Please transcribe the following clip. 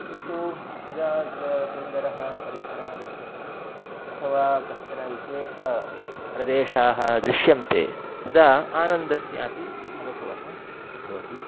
किन्तु यदा अत्र सुन्दरः परिसरः दृश्यते अथवा कश्चन विशेषप्रदेशाः दृश्यन्ते तदा आनन्दस्यापि अनुभवः भवति